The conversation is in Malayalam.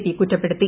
പി കുറ്റപ്പെടുത്തി